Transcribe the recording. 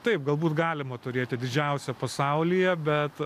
taip galbūt galima turėti didžiausią pasaulyje bet